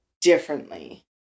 differently